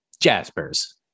Jaspers